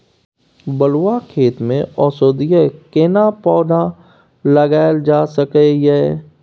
बलुआ खेत में औषधीय केना पौधा लगायल जा सकै ये?